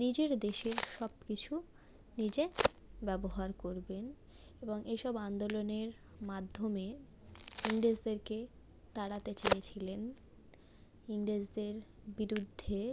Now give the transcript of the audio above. নিজের দেশের সব কিছু নিজে ব্যবহার করবেন এবং এসব আন্দোলনের মাধ্যমে ইংরেজদেরকে তাড়াতে চেয়েছিলেন ইংরেজদের বিরুদ্ধে